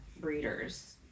breeders